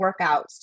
workouts